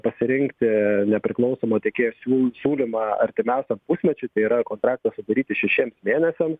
pasirinkti nepriklausomo tiekėjo siūl siūlymą artimiausiam pusmečiui tai yra kontraktą sudaryti šešiems mėnesiams